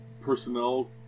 personnel